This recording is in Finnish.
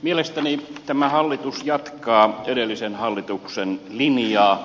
mielestäni tämä hallitus jatkaa edellisen hallituksen linjaa